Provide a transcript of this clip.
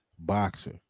boxer